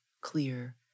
clear